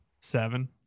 Seven